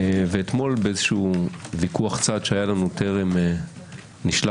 ואתמול בוויכוח צד שהיה לנו טרם נשלחתי